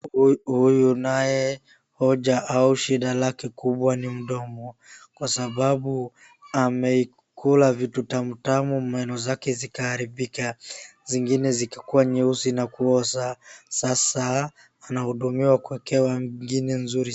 Huyu naye hoja au shida lake yake kubwa ni mdomo . Kwa sababu ameikula vitu tamtamu meno yake ikaharibika, zingine zikakuwa nyeusi na kuoza, sasa anahudumiwa kwa care ingine mzuri.